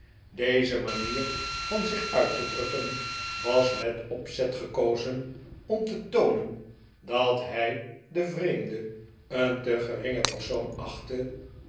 deze manier van zich uit te drukken was met opzet gekozen om te toonen dat hij den vreemde een te gering persoon achtte